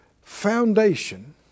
foundation